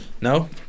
no